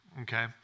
okay